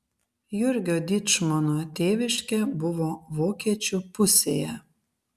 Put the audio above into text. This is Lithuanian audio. jurgio dyčmono tėviškė buvo vokiečių pusėje